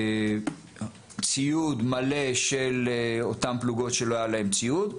על ציוד מלא של אותן פלוגות שלא היה להן ציוד,